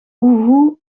oehoe